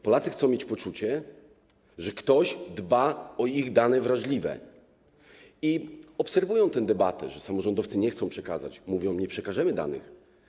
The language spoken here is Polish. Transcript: Polacy chcą mieć poczucie, że ktoś dba o ich dane wrażliwe, i obserwują tę debatę, w której samorządowcy nie chcą ich przekazać, mówią: nie przekażemy danych.